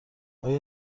آیا